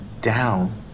down